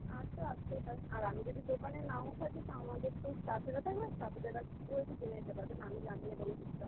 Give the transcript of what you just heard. আজ তো আসতেই পারেন আর আমি যদি দোকানে নাও থাকি তো আমাদের তো স্টাফেরা থাকবে স্টাফেদের কাছ থেকেও এসে জেনে যেতে পারবেন আমি জানিয়ে দেবো